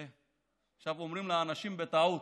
עכשיו אומרים לאנשים: בטעות.